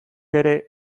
ere